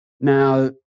Now